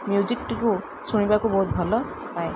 ମ୍ୟୁଜିକ୍ଟିକୁ ଶୁଣିବାକୁ ବହୁତ ଭଲ ପାଏ